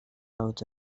out